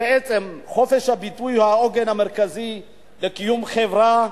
בעצם חופש הביטוי הוא העוגן המרכזי לקיום חברה,